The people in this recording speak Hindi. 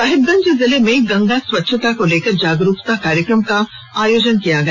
साहिबगंज जिले में गंगा स्वच्छता को लेकर जागरूकता कार्यक्रम का आयोजन किया गया